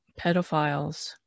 pedophiles